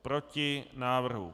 Proti návrhu.